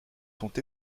sont